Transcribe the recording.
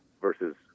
versus